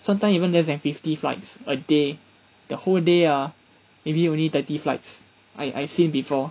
sometime even less and fifty flights a day the whole day ah maybe only thirty flights I I seen before